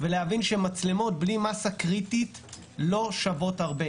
ולהבין שמצלמות בלי מסה קריטית לא שוות הרבה.